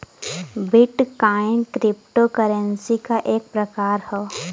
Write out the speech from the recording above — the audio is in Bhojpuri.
बिट कॉइन क्रिप्टो करेंसी क एक प्रकार हौ